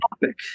topic